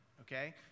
okay